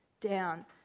down